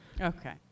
Okay